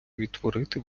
відтворити